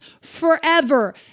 forever